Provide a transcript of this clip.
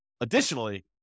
additionally